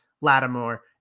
Lattimore